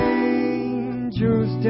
angels